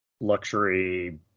luxury